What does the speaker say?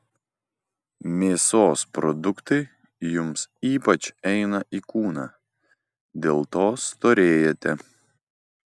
mėsos produktai jums ypač eina į kūną dėl to storėjate